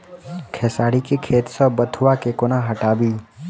खेसारी केँ खेत सऽ बथुआ केँ कोना हटाबी